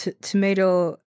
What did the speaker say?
tomato